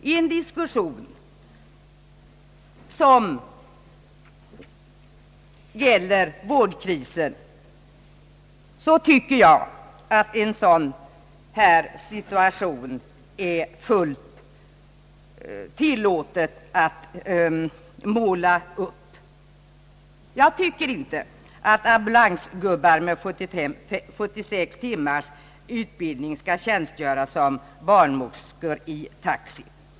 I en diskussion som gäller vårdkrisen borde det vara fullt tillåtet att måla upp en sådan här situation. Jag tycker inte att ambulansgubbar med 76 timmars utbildning skall tjänstgöra som barnmorskor i taxi.